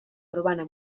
urbana